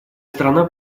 страна